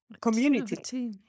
community